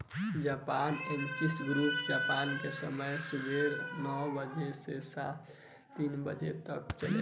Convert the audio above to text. Japan exchange group Japan के समय से सुबेरे नौ बजे से सांझ तीन बजे तक चलेला